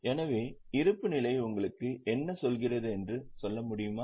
எனவே இருப்புநிலை உங்களுக்கு என்ன சொல்கிறது என்று சொல்ல முடியுமா